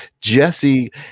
Jesse